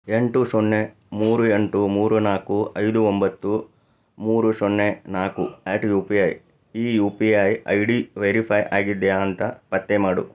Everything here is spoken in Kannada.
ಎಂಟು ಸೊನ್ನೆ ಮೂರು ಎಂಟು ಮೂರು ನಾಲ್ಕು ಐದು ಒಂಬತ್ತು ಮೂರು ಸೊನ್ನೆ ನಾಲ್ಕು ಎಟ್ ಯು ಪಿ ಐ ಈ U P I I D verify ಆಗಿದೆಯಾ ಅಂತ ಪತ್ತೆ ಮಾಡು